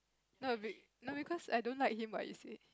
no be no because I don't like him what you see